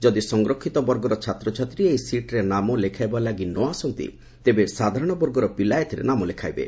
ଯଦି ସଂରକ୍ଷିତ ବର୍ଗର ଛାତ୍ରଛାତ୍ରୀ ଏହି ସିଟ୍ରେ ନାମ ଲେଖାଇବା ଲାଗି ନ ଆସନ୍ତି ତେବେ ସାଧାରଣବର୍ଗର ପିଲା ଏଥିରେ ନାମ ଲେଖାଇବେ